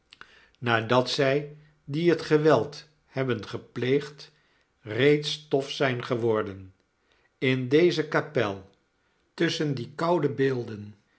nadat zij die het geweld hebben gepleegd reeds stof zijn geworden in deze kapel tusschen die koude beelden